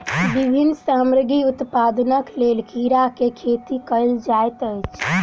विभिन्न सामग्री उत्पादनक लेल कीड़ा के खेती कयल जाइत अछि